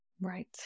Right